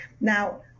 Now